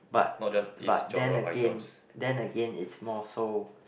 but but then again then again is more so